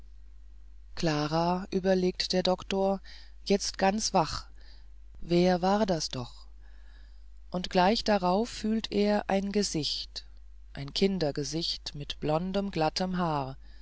klara überlegt der doktor jetzt ganz wach wer war das doch und gleich darauf fühlt er ein gesicht ein kindergesicht mit blondem glattem haar